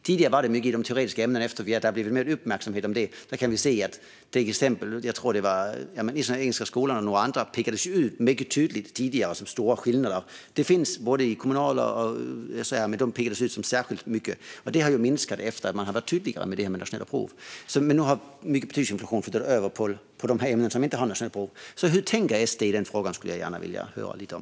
Tidigare var det mycket i de teoretiska ämnena, men efter att det har blivit mer uppmärksamhet på detta kan vi se att det har flyttat över dit. Jag tror att Internationella Engelska Skolan och några andra tydligt pekades ut, för där var det stora skillnader. De pekades ut eftersom det var särskilt mycket där, men det finns i kommunala skolor också. Men det har minskat efter att man har blivit tydligare med detta med de nationella proven. Nu har alltså mycket betygsinflation flyttat över till de ämnen där det inte finns nationella prov. Hur tänker SD i den frågan? Det skulle jag gärna vilja höra lite om.